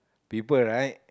people right